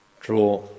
draw